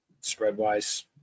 spread-wise